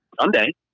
Sunday